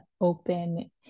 open